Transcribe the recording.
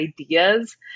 ideas